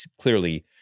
clearly